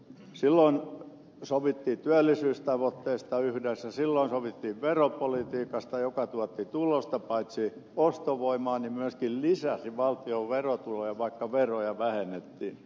silloin sovittiin työllisyystavoitteista yhdessä silloin sovittiin veropolitiikasta joka paitsi tuotti tulosta ostovoimaan myöskin lisäsi valtion verotuloja vaikka veroja vähennettiin